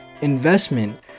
investment